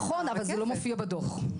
נכון, אבל זה לא מופיע בדוח.